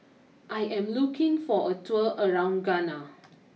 I am looking for a tour around Ghana